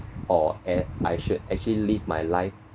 or act~ I should actually live my life